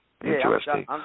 Interesting